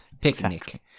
Picnic